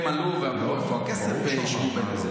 הם עלו ואמרו: איפה הכסף, ברור שהוא אמר, מה לא?